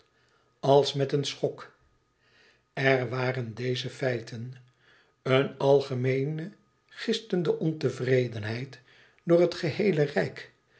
als met een schok er waren deze feiten eene algemeene gistende ontevredenheid door het geheele rijk